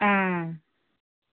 आं